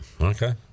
Okay